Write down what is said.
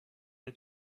est